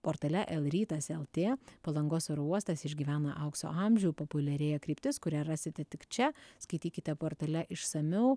portale el rytas lt palangos oro uostas išgyvena aukso amžių populiarėja kryptis kurią rasite tik čia skaitykite portale išsamiau